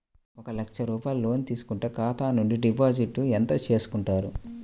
ఒక లక్ష రూపాయలు లోన్ తీసుకుంటే ఖాతా నుండి డిపాజిట్ ఎంత చేసుకుంటారు?